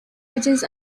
edges